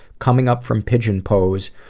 coming up from pigeon pose,